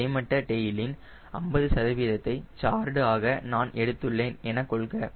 கிடைமட்ட டெயிலின் 50 சதவீதத்தை கார்டு ஆக நான் எடுத்துள்ளேன் எனக் கொள்க